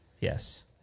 Yes